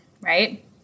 right